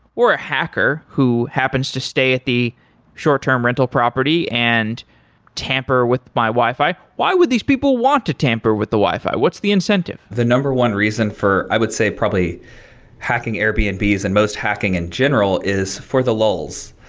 or a hacker who happens to stay at the short-term rental property and tamper with my wi-fi, why would these people want to tamper with the wi-fi? what's the incentive? the number one reason for i would say probably hacking airbnb is and most hacking in general is for the lulz.